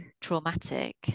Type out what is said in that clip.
traumatic